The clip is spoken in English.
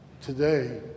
Today